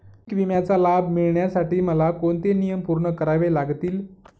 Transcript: पीक विम्याचा लाभ मिळण्यासाठी मला कोणते नियम पूर्ण करावे लागतील?